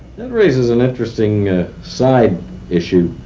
that raises an interesting side issue.